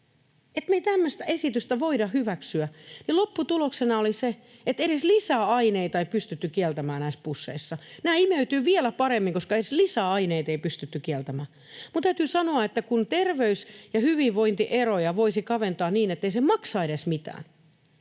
me ei tämmöistä esitystä voida hyväksyä, ja lopputuloksena oli se, että edes lisäaineita ei pystytty kieltämään näissä pusseissa. Nämä imeytyvät vielä paremmin, koska edes lisäaineita ei pystytty kieltämään. Täytyy sanoa, että kun terveys- ja hyvinvointieroja voisi kaventaa niin, ettei se maksa edes mitään,